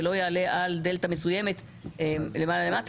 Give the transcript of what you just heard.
זה המחירון ולא יעלה על דלתא מסוימת למטה או למעלה.